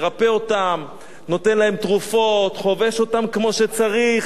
מרפא אותם, נותן להם תרופות, חובש אותם כמו שצריך,